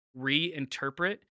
reinterpret